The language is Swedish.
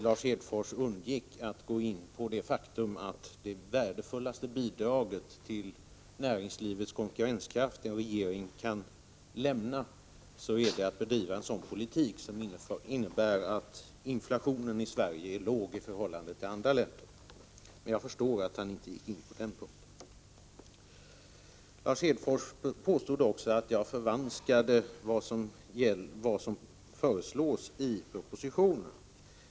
Lars Hedfors undvek att gå in på det faktum att det värdefullaste bidrag till näringslivets konkurrenskraft som regeringen kan lämna är att den bedriver en sådan politik att inflationen i Sverige är låg i förhållande till andra länder. Jag förstår att Lars Hedfors inte gick in på den saken. Lars Hedfors påstod att jag förvanskade det som föreslås i propositionen.